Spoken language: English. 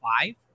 five